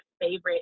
favorite